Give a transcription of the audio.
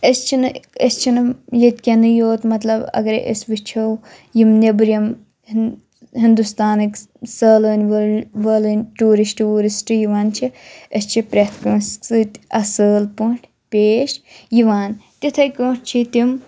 أسۍ چھِ نہٕ أسۍ چھِ نہٕ ییٚتۍ کٮ۪نٕے یوت مطلب اگرے أسۍ وُچھو یِم نیٚبرِم ہِنٛد ہِنٛدوستانٕکۍ سٲلٲنٛۍ وٲلۍ وٲلٲنٛۍ ٹیٛوٗرِسٹہٕ ووٗرِسٹہٕ یِوان چھِ أسۍ چھِ پرٛتھ کٲنٛسہِ سۭتۍ اَصٕل پٲٹھۍ پیش یِوان تِتھٕے پٲٹھۍ چھِ تِم